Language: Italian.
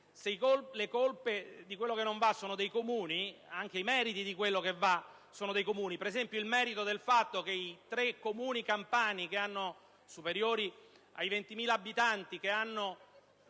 se le colpe di quello che non va sono dei Comuni, anche i meriti di quello che va sono dei Comuni. Mi riferisco, ad esempio, al merito dei tre Comuni campani superiori ai 20.000 abitanti che hanno